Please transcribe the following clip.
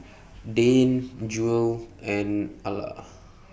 Dane Jewel and Alla